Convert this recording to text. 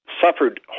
suffered